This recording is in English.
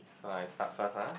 so I start first ah